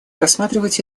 рассматривать